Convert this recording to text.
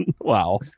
Wow